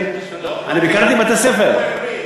אני ביקרתי בבתי-הספר.